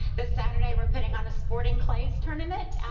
this saturday we're putting on a sporting clays tournament. and